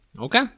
Okay